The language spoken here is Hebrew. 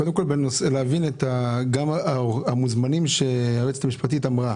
קודם כל, גם המוזמנים שהיועצת המשפטית אמרה